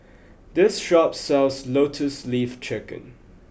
this shop sells Lotus Leaf Chicken